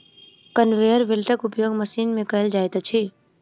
conveyor बेल्टक उपयोग machine मे कयल जाइत अछि